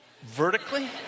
vertically